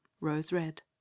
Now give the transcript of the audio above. rose-red